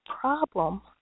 problem